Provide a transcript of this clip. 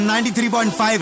93.5